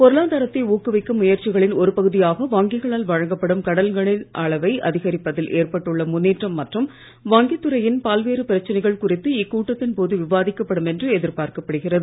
பொருளாதாரத்தை ஊக்குவிக்கும் முயற்சிகளின் ஒரு பகுதியாக வங்கிகளால் வழங்கப்படும் கடன்களின் அளவை அதிகரிப்பதில் ஏற்பட்டுள்ள முன்னேற்றம் மற்றும் வங்கித்துறையின் பல்வேறு பிரச்சனைகள் குறித்து இக்கூட்டத்தின் போது விவாதிக்கப்படும் என்று எதிர்பார்க்கப்படுகிறது